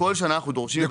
שכל שנה דורשים.